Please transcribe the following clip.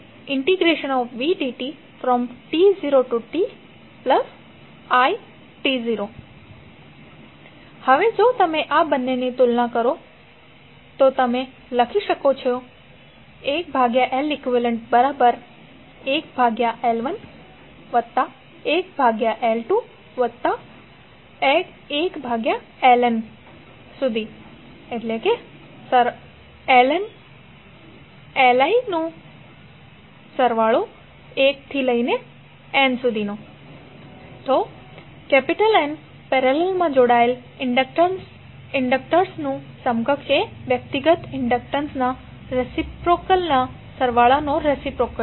i1L1t0tvdti11L2t0tvdti21Lnt0tvdtin 1l11L21Lnt0tvdti1t0i2t0int01Leqt0tvdti હવે જો તમે આ બેની તુલના કરો તો તમે લખી શકો છો 1Leq1L11L21Lni1n1Li તો N પેરેલલમા જોડાયેલ ઇન્ડક્ટર્સનું સમકક્ષ એ વ્યક્તિગત ઇન્ડક્ટન્સના રેસિપ્રોકેલ ના સરવાળાનો રેસિપ્રોકેલ છે